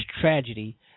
tragedy